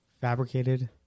fabricated